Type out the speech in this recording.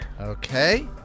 Okay